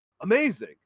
Amazing